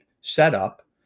setup